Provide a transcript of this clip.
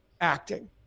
acting